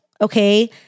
okay